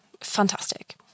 Fantastic